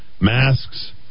masks